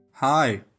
Hi